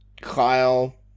Kyle